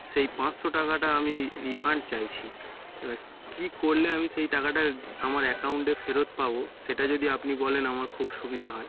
সেই পাঁচশো টাকাটা আমি রিফান্ড চাইছি এবার কী করলে আমি সেই টাকাটা আমার অ্যাকাউন্টে ফেরত পাবো সেটা যদি আপনি বলেন আমার খুব সুবিধা হয়